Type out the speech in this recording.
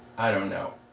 i don't know